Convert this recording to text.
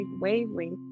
wavelength